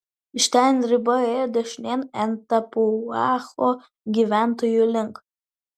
iš ten riba ėjo dešinėn en tapuacho gyventojų link